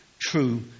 true